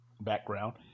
background